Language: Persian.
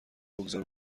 بگذار